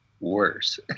worse